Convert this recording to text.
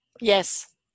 Yes